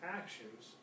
actions